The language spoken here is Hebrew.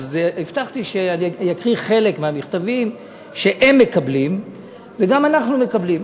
אבל הבטחתי שאני אקריא חלק מהמכתבים שהם מקבלים וגם אנחנו מקבלים.